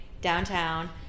downtown